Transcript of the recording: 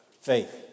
Faith